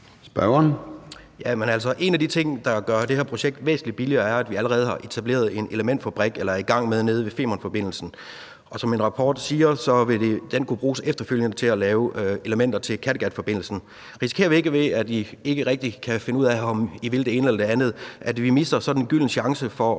en af de ting, der gør det her projekt væsentlig billigere, er, at vi allerede har etableret en elementfabrik – eller er i gang med det – nede ved Femernforbindelsen. Og som en rapport siger, vil den efterfølgende kunne bruges til at lave elementer til Kattegatforbindelsen. Risikerer vi ikke, fordi vi ikke rigtig kan finde ud af, om vi vil det ene eller det andet, at vi misser sådan en gylden chance for at